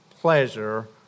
pleasure